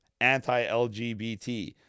Anti-LGBT